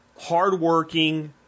hard-working